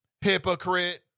Hypocrite